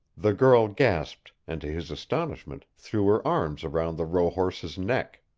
the girl gasped, and, to his astonishment, threw her arms around the rohorse's neck.